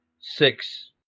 Six